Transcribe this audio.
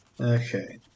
Okay